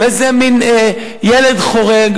וזה מין ילד חורג,